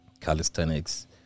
calisthenics